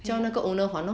赔啊